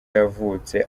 yavutse